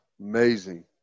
Amazing